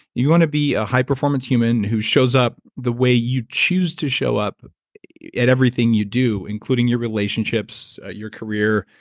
you want to be a high performance human who shows up the way you choose to show up at everything you do, including your relationships, your career,